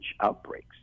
outbreaks